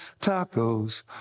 Tacos